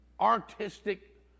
artistic